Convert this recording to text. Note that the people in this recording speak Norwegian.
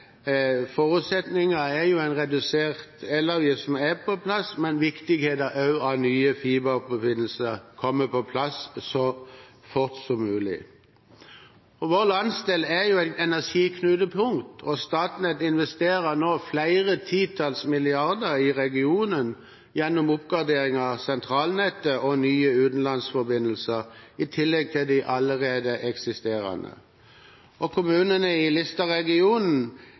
er en redusert elavgift som er på plass, men det er også viktig at nye fiberforbindelser kommer på plass så fort som mulig. Vår landsdel er jo et energiknutepunkt, og Statnett investerer nå flere titalls milliarder i regionen gjennom oppgradering av sentralnettet og nye utenlandsforbindelser, i tillegg til de allerede eksisterende. Kommunene i